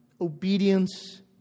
obedience